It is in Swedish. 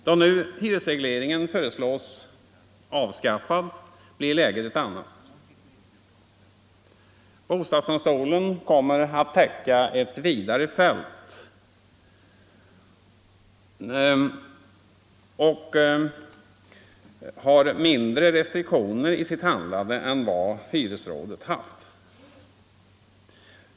Då nu hyresregleringen föreslås avskaffad blir läget ett annat. Bostadsdomstolen kommer att täcka ett vidare fält och ha mindre restriktioner i sitt handlande än vad hyresrådet haft.